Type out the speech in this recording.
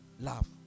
love